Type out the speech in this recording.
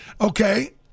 okay